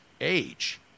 age